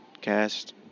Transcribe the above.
Cast